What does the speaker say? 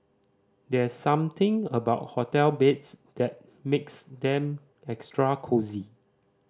there's something about hotel beds that makes them extra cosy